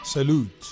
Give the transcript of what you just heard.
Salute